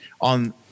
on